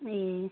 ए